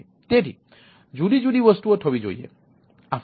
તેથી જુદી જુદી વસ્તુ થવી જોઈએ